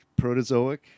protozoic